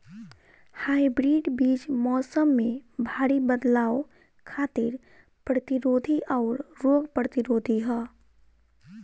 hybrid बीज मौसम में भारी बदलाव खातिर प्रतिरोधी आउर रोग प्रतिरोधी ह